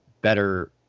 better